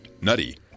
nutty